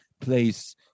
place